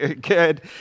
good